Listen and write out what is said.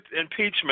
impeachment